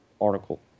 article